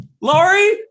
Laurie